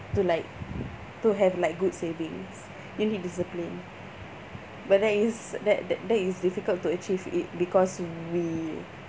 to like to have like good savings you need discipline but then is that that that is difficult to achieve it because we